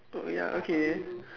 oh ya okay